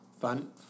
Fun